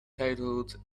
titled